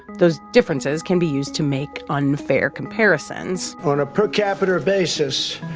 those differences can be used to make unfair comparisons on a per capita basis,